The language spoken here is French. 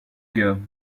gars